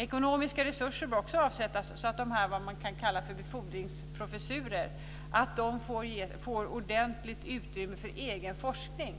Ekonomiska resurser bör också avsättas, så att dessa professurer, som man kan kalla befordningsprofessurer, ges ordentligt utrymme för egen forskning.